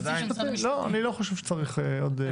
לא, אני לא חושב שצריך עוד.